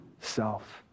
self